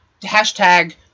hashtag